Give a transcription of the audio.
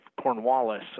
Cornwallis